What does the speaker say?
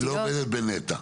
היא לא עובדת בנת"ע.